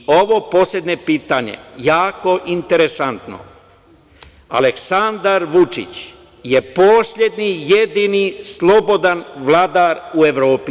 Ovo poslednje pitanje je jako interesantno, Aleksandar Vučić je poslednji i jedini slobodan vladar u Evropi.